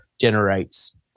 generates